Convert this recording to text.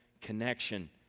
connection